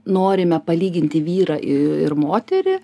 norime palyginti vyrą ir moterį